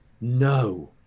No